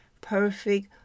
perfect